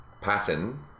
pattern